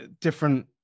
different